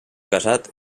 casat